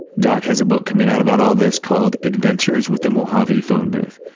doc has a book coming out about all this called adventures with the mojave phone booth.